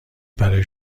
برای